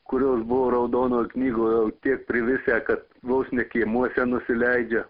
kurios buvo raudonoj knygoj jau tiek privisę kad vos ne kiemuose nusileidžia